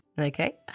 Okay